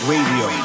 Radio